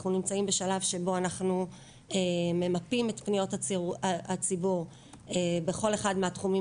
אנחנו נמצאים בשלב שבו אנחנו ממפים את פניות הציבור בכל אחד מהתחומים